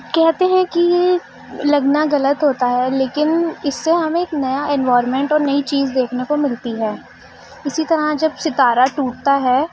کہتے ہیں کہ یہ لگنا غلط ہوتا ہے لیکن اس سے ہمیں ایک نیا انوائرمینٹ اور نئی چیز دیکھنے کو ملتی ہے اسی طرح جب ستارہ ٹوٹتا ہے